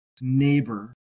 neighbor